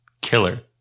killer